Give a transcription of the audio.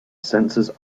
senses